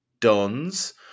Dons